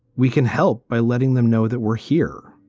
we can help by letting them know that we're here.